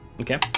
Okay